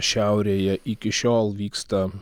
šiaurėje iki šiol vyksta